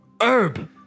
Herb